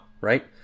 right